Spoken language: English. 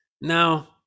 now